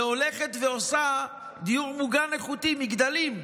והולכת ועושה דיור מוגן איכותי, מגדלים.